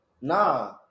nah